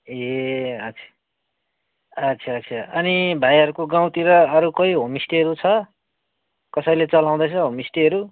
ए अच्छा अच्छा अच्छा अनि भाइहरूको गाउँतिर अरू कोही होमस्टेहरू छ कसैले चलाउँदैछ होमस्टेहरू